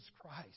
Christ